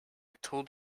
told